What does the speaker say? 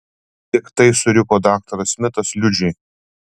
piktai suriko daktaras smitas liudžiui